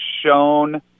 shown –